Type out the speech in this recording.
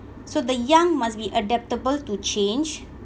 so the young must be adaptable to change